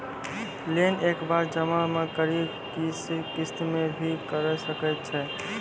Loan एक बार जमा म करि कि किस्त मे भी करऽ सके छि?